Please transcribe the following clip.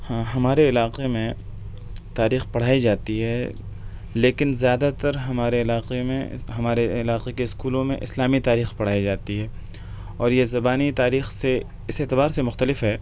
ہاں ہمارے علاقے میں تاریخ پڑھائی جاتی ہے لیکن زیادہ تر ہمارے علاقے میں ہمارے علاقے کے اسکولوں میں اسلامی تاریخ پڑھائی جاتی ہے اور یہ زبانی تاریخ سے اِس اعتبار سے مختلف ہے